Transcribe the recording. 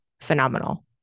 phenomenal